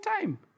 time